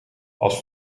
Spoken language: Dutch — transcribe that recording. als